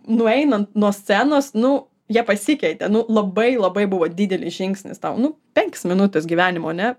nueinant nuo scenos nu jie pasikeitė nu labai labai buvo didelis žingsnis tau nu penkias minutės gyvenimo ane